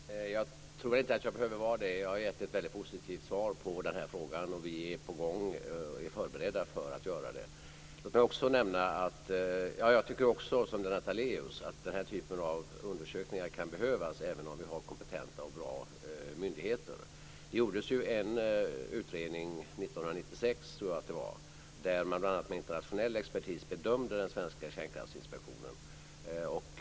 Fru talman! Jag tror inte att jag behöver att vara det. Jag har gett ett väldigt positivt svar på den här frågan. Vi är på gång och är förberedda för att tillsätta denna utredning. Jag tycker liksom Lennart Daléus att den här typen av undersökningar kan behövas även om vi har bra och kompetenta myndigheter. Det gjordes en utredning 1996 där bl.a. internationell expertis bedömde den svenska kärnkraftsinspektionen.